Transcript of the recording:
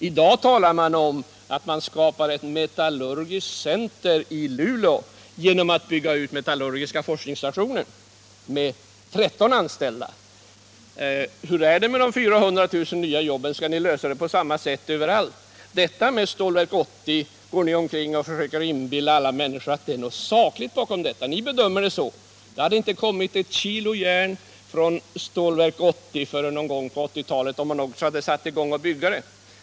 I dag talar man om att man skapar ett metallurgiskt centrum i Luleå genom att bygga ut den metallurgiska forskningsstationen med 13 anställda. Hur är det med de 400 000 nya jobben? Skall ni lösa det på samma sätt överallt? Ni försöker inbilla alla människor att det är någonting sakligt bakom vad ni säger om Stålverk 80. Ni bedömer det så. Men det hade inte kommit ett kilo järn från Stålverk 80 förrän någon gång på 1980-talet, om man hade satt i gång att bygga det.